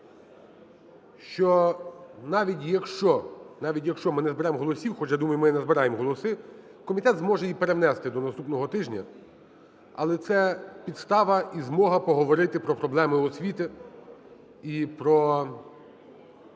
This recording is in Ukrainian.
що навіть, якщо ми не зберемо голосів, хоч я думаю, ми назбираємо голоси, комітет зможе її перенести до наступного тижня. Але це підстава і змога поговорили про проблеми освіти і про